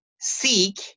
Seek